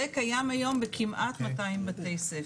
זה קיים היום בכמעט 200 בתי ספר.